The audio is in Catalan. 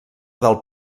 del